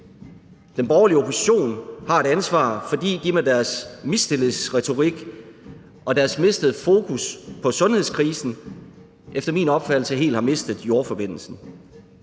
Den borgerlige opposition har et ansvar, fordi de med deres mistillidsretorik og deres mistede fokus på sundhedskrisen efter min opfattelse helt har mistet jordforbindelsen.